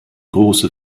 große